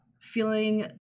feeling